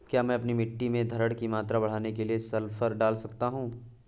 क्या मैं अपनी मिट्टी में धारण की मात्रा बढ़ाने के लिए सल्फर डाल सकता हूँ?